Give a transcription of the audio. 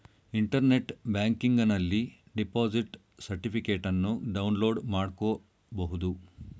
internet ಬ್ಯಾಂಕಿಂಗನಲ್ಲಿ deposit ಸರ್ಟಿಫಿಕೇಟನ್ನು download ಮಾಡ್ಕೋಬಹುದು